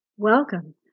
Welcome